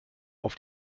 auf